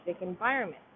environment